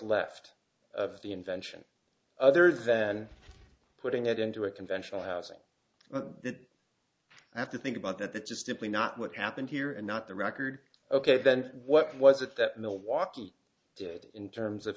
left of the invention other than putting it into a conventional housing that i have to think about that that just simply not what happened here and not the record ok then what was it that milwaukee did in terms of